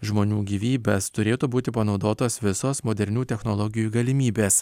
žmonių gyvybes turėtų būti panaudotos visos modernių technologijų galimybės